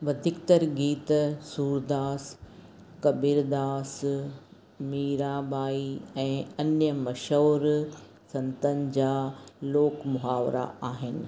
वधीकतर गीत सूरदास कबीरदास मीरा बाई ऐं अन्य मशहूरु संतनि जा लोक मुहावरा आहिनि